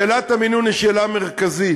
שאלת המינון היא שאלה מרכזית,